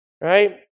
right